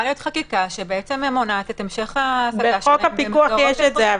חקיקה שמונעת את המשך ה --- בחוק הפיקוח יש את זה,